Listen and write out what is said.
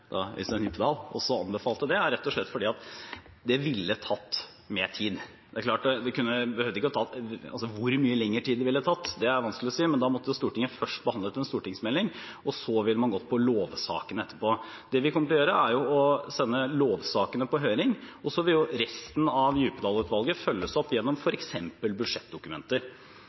også anbefalte det, er rett og slett at det ville tatt mer tid. Hvor mye lenger tid det ville tatt, er vanskelig å si, men da måtte jo Stortinget først ha behandlet en stortingsmelding, og så ville man gått på lovsakene etterpå. Det vi kommer til å gjøre, er å sende lovsakene på høring, og så vil resten av Djupedal-utvalgets rapport følges opp gjennom f.eks. budsjettdokumenter.